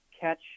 catch